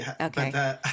Okay